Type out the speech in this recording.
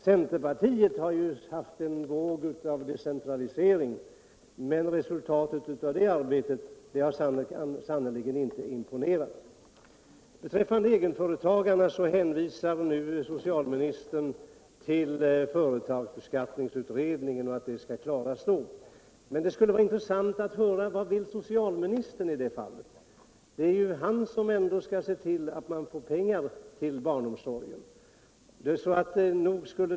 Centerpartiet har ju haft en våg av decentralisering, men resultatet av det arbetet har sannerligen inte imponerat. Beträffande egenföretagarna hänvisar socialministern till företagsbeskattningsutredningen. Men det vore intressant att få veta vad socialministern vill. Det är ju ändå han som skall se till att det satsas pengar på barnomsorgen.